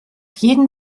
jeden